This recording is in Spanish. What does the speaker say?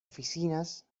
oficinas